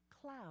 cloud